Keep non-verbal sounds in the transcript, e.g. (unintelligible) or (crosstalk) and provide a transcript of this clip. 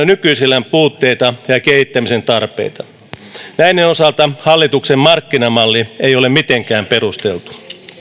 (unintelligible) nykyisellään puutteita ja kehittämisen tarpeita näiden osalta hallituksen markkinamalli ei ole mitenkään perusteltu